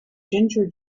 ginger